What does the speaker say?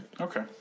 Okay